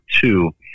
two